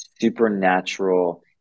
supernatural